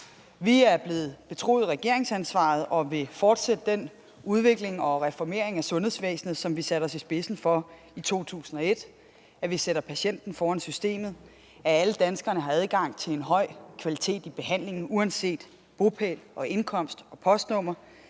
Vi er blevet betroet regeringsansvaret og vil fortsætte den udvikling og reformering af sundhedsvæsenet, som vi satte os i spidsen for i 2001 ved at sætte patienten foran systemet; ved at sørge for, at alle danskere har adgang til en høj kvalitet i behandlingen uanset bopæl og indkomst og postnummer;